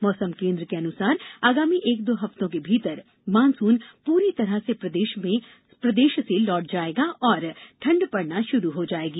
मौसम केन्द्र के अनुसार आगामी एक दो हफ्तों के भीतर मॉनसून पूरी तरह से प्रदेश से लौट जाएगा और तेज ठंड पड़ना शुरू हो जाएगी